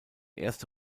erste